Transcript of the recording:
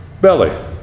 belly